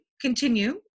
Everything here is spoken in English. continue